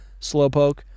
slowpoke